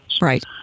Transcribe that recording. Right